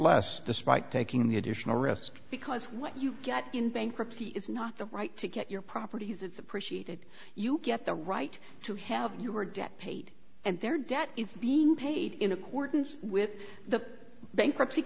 last despite taking the additional risk because what you get in bankruptcy is not the right to get your property has it's appreciated you get the right to have your debt paid and their debt is being paid in accordance with the bankruptcy